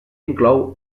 inclou